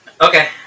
Okay